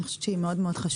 אני חושבת שהיא מאוד חשובה,